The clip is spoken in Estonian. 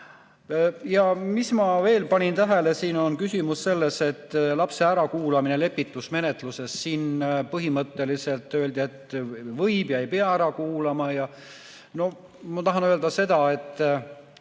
Mis ma veel panin tähele: siin on küsimus lapse ärakuulamisest lepitusmenetluses. Siin põhimõtteliselt öeldi, et võib, aga ei pea ära kuulama. Ma tahan öelda seda, et